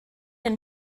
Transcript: and